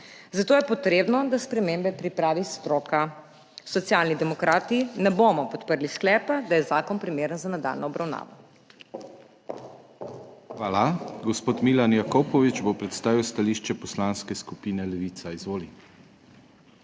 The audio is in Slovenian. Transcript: Zato je potrebno, da spremembe pripravi stroka. Socialni demokrati ne bomo podprli sklepa, da je zakon primeren za nadaljnjo obravnavo. **PODPREDSEDNIK DANIJEL KRIVEC:** Hvala. Gospod Milan Jakopovič bo predstavil stališče Poslanske skupine Levica. Izvoli.